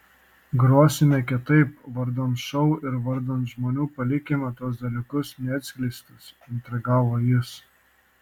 grosime kitaip vardan šou ir vardan žmonių palikime tuos dalykus neatskleistus intrigavo jis